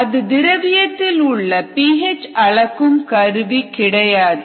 அது திரவியத்தில் உள்ள பி ஹெச் அளக்கும் கருவி கிடையாது